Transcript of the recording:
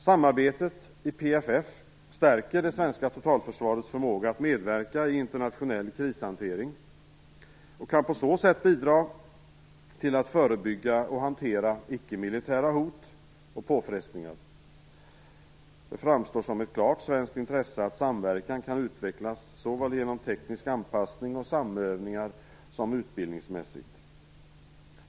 Samarbetet i PFF stärker det svenska totalförsvarets förmåga att medverka i internationell krishantering och kan på så sätt bidra till att förebygga och hantera icke-militära hot och påfrestningar. Det framstår som ett klart svenskt intresse att samverkan kan utvecklas såväl genom teknisk anpassning och samövningar som utbildningsmässigt.